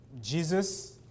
Jesus